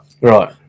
Right